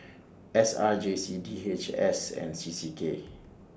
S R J C D H S and C C K